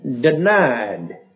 denied